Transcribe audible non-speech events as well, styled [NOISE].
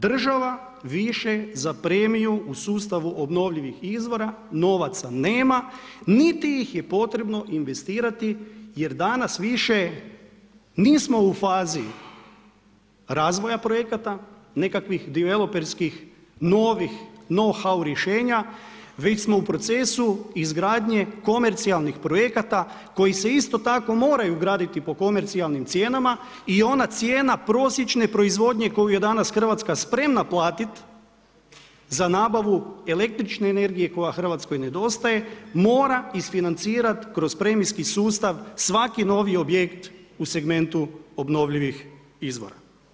Država više za premiju u sustavu obnovljivih izvora, novaca nema, niti ih je potrebno investirati, jer danas više nismo u fazi razvoja projekata, nekakvih diveloperskih, novih, … [UNINTELLIGIBLE] rješenja, već smo u procesu, izgradnje komercijalnih projekata, koji se isto tako moraju graditi po komercijalnim cijenama i ona cijena prosječne proizvodnje, koju je danas Hrvatska spremna platiti, za nabavu električne energije, kojoj Hrvatskoj nedostaje, mora isfinancirati, kroz premijski sustav, svaki novi objekt u segmentu obnovljivih izvora.